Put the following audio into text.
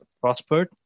prospered